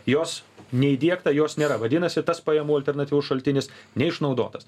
jos neįdiegta jos nėra vadinasi tas pajamų alternatyvus šaltinis neišnaudotas